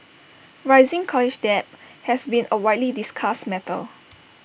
rising college debt has been A widely discussed matter